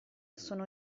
sono